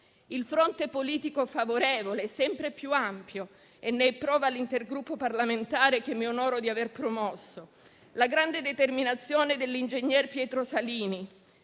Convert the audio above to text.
il fronte politico favorevole sempre più ampio, di cui prova l'intergruppo parlamentare che mi onoro di aver promosso; la grande determinazione dell'ingegner Pietro Salini,